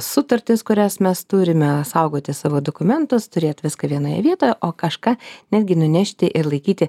sutartis kurias mes turime saugoti savo dokumentus turėt viską vienoje vietoje o kažką netgi nunešti ir laikyti